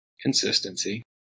Consistency